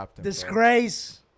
Disgrace